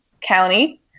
County